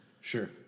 Sure